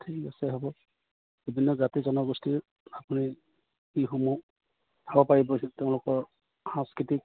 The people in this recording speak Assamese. ঠিক আছে হ'ব বিভিন্ন জাতি জনগোষ্ঠীৰ আপুনি এইসমূহ চাব পাৰিব তেওঁলোকৰ সাংস্কৃতিক